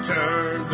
Turn